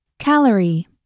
Calorie